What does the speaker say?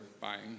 buying